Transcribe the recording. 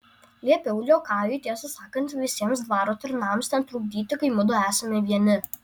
liepiau liokajui tiesą sakant visiems dvaro tarnams netrukdyti kai mudu esame vieni